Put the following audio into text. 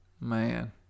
Man